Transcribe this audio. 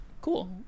Cool